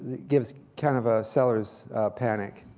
it gives kind of a seller's panic.